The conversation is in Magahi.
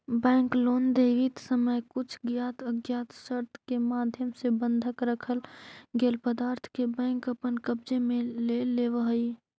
बैंक लोन देवित समय कुछ ज्ञात अज्ञात शर्त के माध्यम से बंधक रखल गेल पदार्थ के बैंक अपन कब्जे में ले लेवऽ हइ